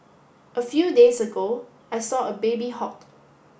a few days ago I saw a baby hawk